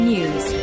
News